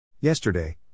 Yesterday